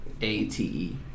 A-T-E